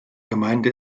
gemeinde